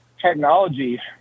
Technology